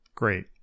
great